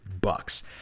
bucks